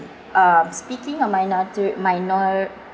uh speaking a